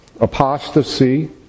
apostasy